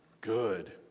good